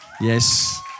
Yes